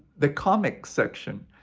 the comics section.